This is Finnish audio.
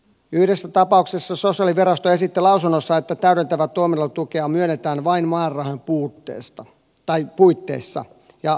yhdessä tapauksessa sosiaalivirasto esitti lausunnossaan että täydentävää toimeentulotukea myönnetään vain määrärahan puitteissa ja harkintaa käyttäen